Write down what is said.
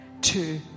two